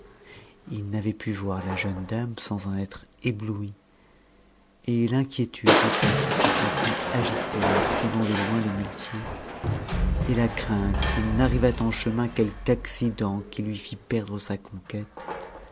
il n'avait pu voir la jeune dame sans en être ébloui et l'inquiétude dont il se sentit agité en suivant de loin le muletier et la crainte qu'il n'arrivât en chemin quelque accident qui lui fit perdre sa conquête